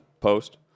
post